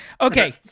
Okay